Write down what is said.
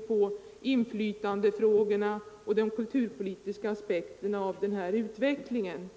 till inflytandefrågorna och de kulturpolitiska aspekterna på utvecklingen.